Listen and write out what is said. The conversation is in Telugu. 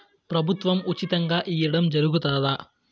ప్రభుత్వం ఉచితంగా ఇయ్యడం జరుగుతాదా?